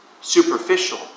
Superficial